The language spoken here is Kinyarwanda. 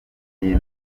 iyi